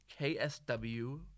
KSW